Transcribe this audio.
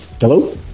Hello